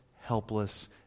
helpless